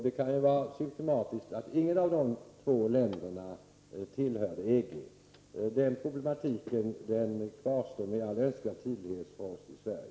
Det kan vara symtomatiskt att inget av dessa två länder tillhör EG. Den problematiken kvarstår med all önskvärd tydlighet för oss i Sverige.